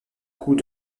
coups